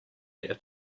year